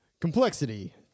Complexity